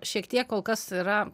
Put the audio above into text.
šiek tiek kol kas yra